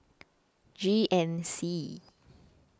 G N C